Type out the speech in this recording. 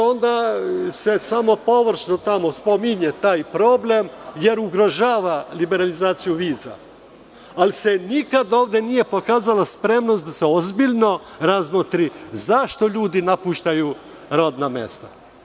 Onda se samo površno tamo spominje taj problem, jer ugrožava liberalizaciju viza, ali se nikada ovde nije pokazala spremnost da se ozbiljno razmotri zašto ljudi napuštaju rodna mesta.